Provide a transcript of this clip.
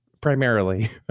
primarily